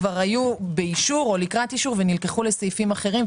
כבר היו באישור או לקראת אישור ונלקחו לסעיפים אחרים,